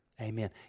Amen